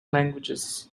languages